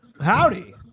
Howdy